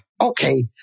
okay